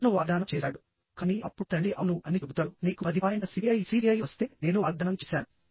అతను వాగ్దానం చేసాడు కానీ అప్పుడు తండ్రి అవును అని చెబుతాడు నీకు 10 పాయింట్ల సిపిఐ వస్తే నేను వాగ్దానం చేశాను